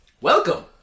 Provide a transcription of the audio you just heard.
Welcome